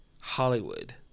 Hollywood